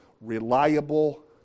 reliable